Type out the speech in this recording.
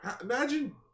Imagine